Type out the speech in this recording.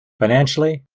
financially,